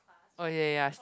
oh ya yahs